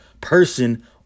person